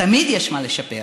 תמיד יש מה לשפר,